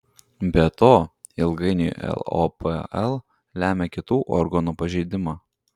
be to ilgainiui lopl lemia kitų organų pažeidimą